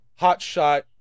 hotshot